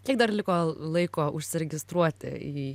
kiek dar liko laiko užsiregistruoti į